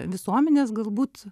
visuomenės galbūt